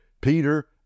Peter